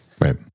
Right